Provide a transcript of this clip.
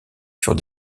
furent